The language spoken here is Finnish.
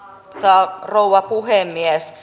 arvoisa rouva puhemies